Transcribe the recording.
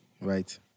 right